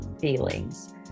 feelings